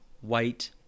white